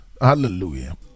Hallelujah